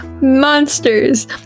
Monsters